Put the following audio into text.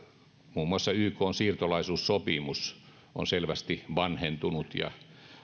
muun muassa ykn siirtolaisuussopimus on selvästi vanhentunut ja